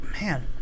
Man